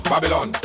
Babylon